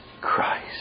Christ